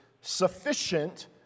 sufficient